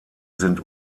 sind